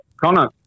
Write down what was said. Connor